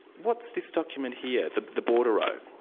what's this document here, the the bordereau?